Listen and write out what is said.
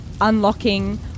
Unlocking